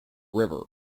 river